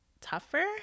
tougher